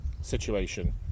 situation